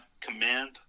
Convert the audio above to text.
command